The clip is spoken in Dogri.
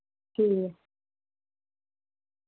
ठीक ऐ